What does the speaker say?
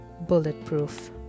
bulletproof